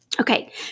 Okay